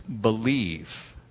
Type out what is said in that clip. believe